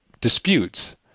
disputes